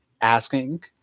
asking